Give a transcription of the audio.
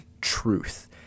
truth